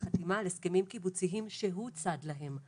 לחתימה על הסכמים קיבוציים שהוא צד להם.